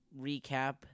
recap